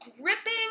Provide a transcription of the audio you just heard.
gripping